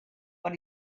but